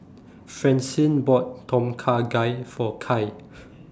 Francine bought Tom Kha Gai For Kai